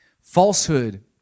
Falsehood